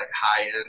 high-end